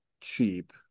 cheap